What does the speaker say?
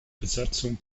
besatzung